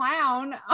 clown